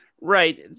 Right